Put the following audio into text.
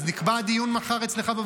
גנץ.